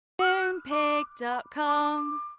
Moonpig.com